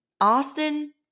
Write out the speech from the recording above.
Austin